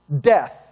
Death